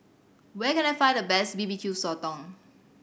where can I find the best B B Q Sotong